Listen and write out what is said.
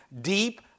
deep